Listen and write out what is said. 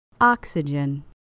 Oxygen